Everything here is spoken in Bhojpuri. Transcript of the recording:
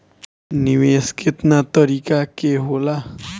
निवेस केतना तरीका के होला?